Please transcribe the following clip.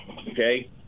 Okay